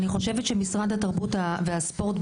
יש --- אני חושבת שמשרד התרבות והספורט,